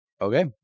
okay